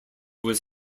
was